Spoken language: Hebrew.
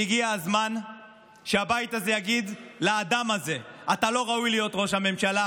והגיע הזמן שהבית הזה יגיד לאדם הזה: אתה לא ראוי להיות ראש הממשלה.